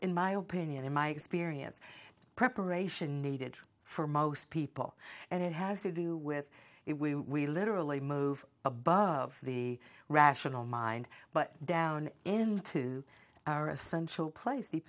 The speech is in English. in my opinion in my experience preparation needed for most people and it has to do with it we literally move above the rational mind but down into our essential